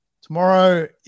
tomorrow